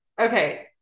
okay